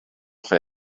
fer